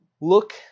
Look